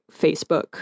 Facebook